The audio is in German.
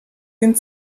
den